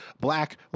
black